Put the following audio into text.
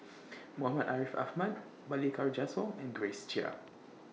Muhammad Ariff Ahmad Balli Kaur Jaswal and Grace Chia